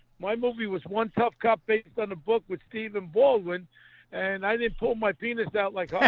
my movie was one tough cop based on a book with stephen baldwin and i didn't pull my penis out like